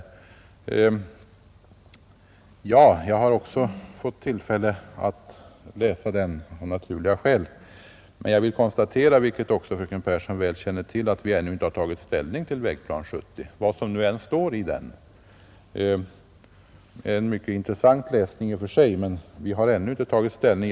Även jag har fått tillfälle att läsa den — av naturliga skäl — men jag vill konstatera att vi, vilket också fröken Pehrsson väl känner till, ännu inte har tagit ställning till Vägplan 70. Vad som nu än står i den — det är en mycket intressant läsning i och för sig — så har vi ännu inte tagit ställning.